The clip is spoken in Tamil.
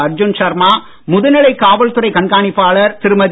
அர்ஜுன் ஷர்மா முதுநிலை காவல்துறை கண்காணிப்பாளர் திருமதி